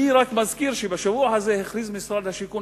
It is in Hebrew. אני מזכיר שהשבוע הכריז משרד השיכון